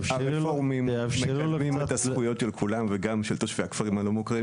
הרפורמים מקדמים את הזכויות של כולם וגם של תושבי הכפרים הלא מוכרים,